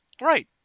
Right